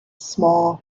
small